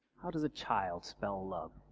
how does a child spell love?